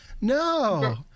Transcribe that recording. No